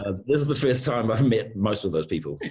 ah this is the first time i've met most of those people,